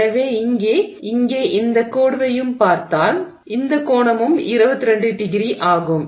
எனவே இங்கே இந்த கோடுவையும் இங்கே இந்த கோடுவையும் பார்த்தால் இந்த கோணமும் 22º ஆகும்